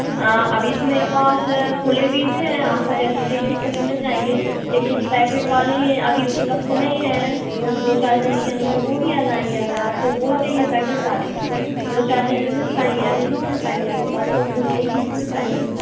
अभी तो मेरे पास खुले बीज हैं आपको जैसे चाहिए खुले मिल जाएँगे लेकिन पैकेट वाले अभी उपलब्ध नहीं हैं दो दो चार दिन के अंदर वो भी आ जाएँगे अगर आपको वो चाहिए पैकेट वाले दो चार दिन में मिल पाएँगे अभी नहीं मिल पाएँगे अभी तो आपको खुले ही बीज मिल पाएँगे